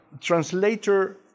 translator